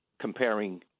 comparing